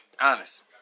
Honest